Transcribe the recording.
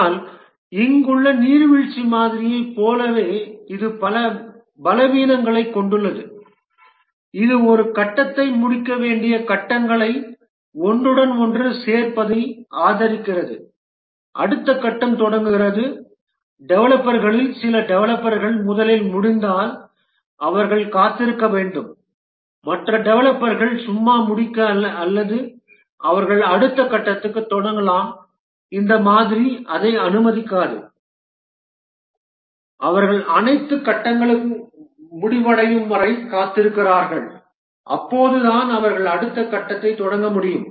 ஆனால் இங்குள்ள நீர்வீழ்ச்சி மாதிரியைப் போலவே இது பல பலவீனங்களைக் கொண்டுள்ளது இது ஒரு கட்டத்தை முடிக்க வேண்டிய கட்டங்களை ஒன்றுடன் ஒன்று சேர்ப்பதை ஆதரிக்காது அடுத்த கட்டம் தொடங்குகிறது டெவலப்பர்களில் சில டெவலப்பர்கள் முதலில் முடிந்தால் அவர்கள் காத்திருக்க வேண்டும் மற்ற டெவலப்பர்கள் சும்மா முடிக்க அல்லது அவர்கள் அடுத்த கட்டத்துடன் தொடங்கலாம் இந்த மாதிரி அதை அனுமதிக்காது அவர்கள் அனைத்து கட்டங்களும் முடிவடையும் வரை காத்திருக்கிறார்கள் அப்போதுதான் அவர்கள் அடுத்த கட்டத்தை தொடங்க முடியும்